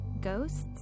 Ghosts